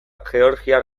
georgiar